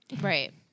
Right